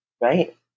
right